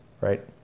right